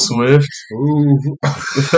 Swift